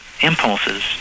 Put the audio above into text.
impulses